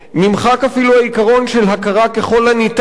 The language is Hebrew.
נמחק אפילו העיקרון של הכרה ככל הניתן,